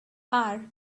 are